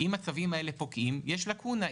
אם הצווים האלה יפקעו תהיה לקונה,